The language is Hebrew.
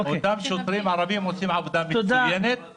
--- אותם שוטרים ערבים עושים עבודה מצוינת,